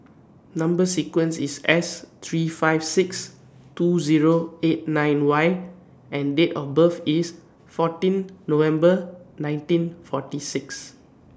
Number sequence IS S three five six two Zero eight nine Y and Date of birth IS fourteen November nineteen forty six